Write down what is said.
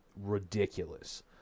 ridiculous